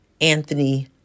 Anthony